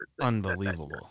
Unbelievable